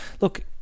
look